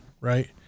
right